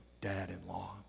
dad-in-law